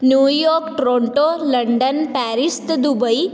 New York Toronto London Paris ਅਤੇ Dubai